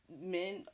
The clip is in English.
Men